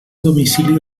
domicili